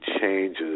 changes